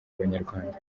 abanyarwanda